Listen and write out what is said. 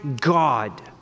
God